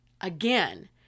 again